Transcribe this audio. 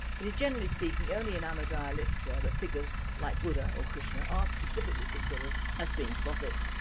it is generally speaking only in ahmadiyya literature that figures like buddha or krishna are specifically considered as being prophets.